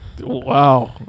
Wow